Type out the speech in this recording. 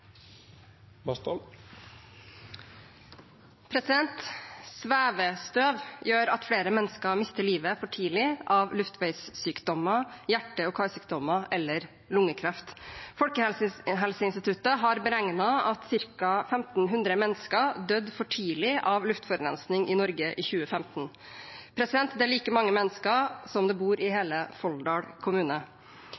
Svevestøv gjør at flere mennesker mister livet for tidlig av luftveissykdommer, hjerte- og karsykdommer eller lungekreft. Folkehelseinstituttet har beregnet at ca. 1 500 mennesker døde for tidlig på grunn av luftforurensning i Norge i 2015. Det er like mange mennesker som det bor i